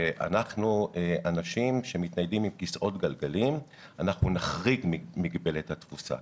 שאנשים שמתניידים עם כיסאות גלגלים נחריג ממגבלת מהתפוסה.